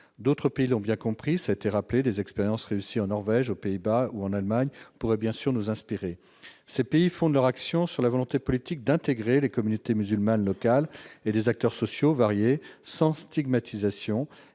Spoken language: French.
D'autres pays l'ont bien compris : des expériences réussies en Norvège, aux Pays-Bas ou en Allemagne pourraient nous inspirer. Ces pays fondent leur action sur la volonté politique d'intégrer les communautés musulmanes locales et des acteurs sociaux variés, sans stigmatisation